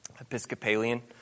Episcopalian